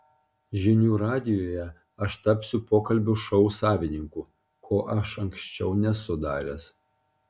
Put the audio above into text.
žinių radijuje aš tapsiu pokalbių šou savininku ko aš anksčiau nesu daręs